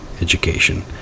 education